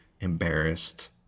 embarrassed